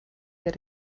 that